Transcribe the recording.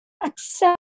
accept